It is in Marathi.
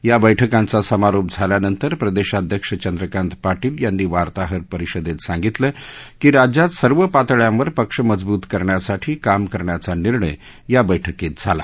या बैठकांचा समारोप झाल्यानंतर प्रदेशाध्यक्ष चंद्रकांत पाटील यांनी वार्ताहर परिषदेत सांगितलं की राज्यात सर्व पातळ्यांवर पक्ष मजबूत करण्यासाठी काम करण्याचा निर्णय या बैठकीत झाला